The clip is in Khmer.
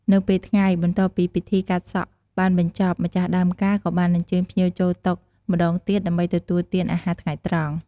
នៅពេលថ្ងៃ បន្ទាប់ពីពិធីកាត់សក់បានបញ្ចប់ ម្ចាស់ដើមការក៏បានអញ្ជើញភ្ញៀវចូលតុម្តងទៀតដើម្បីទទួលទានអាហារថ្ងៃត្រង់។